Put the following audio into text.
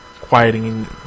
quieting